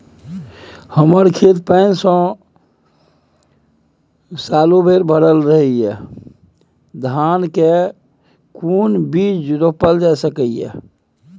हमर खेत पानी से भरल सालो भैर रहैया, धान के केना बीज रोपल जा सकै ये?